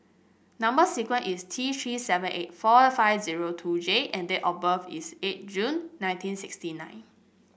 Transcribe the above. number sequence is T Three seven eight four five zero two J and date of birth is eight June nineteen sixty nine